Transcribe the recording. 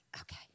Okay